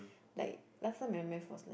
like last time my Math was like